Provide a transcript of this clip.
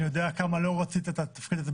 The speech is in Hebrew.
אני יודע כמה לא רצית את התפקיד הזה,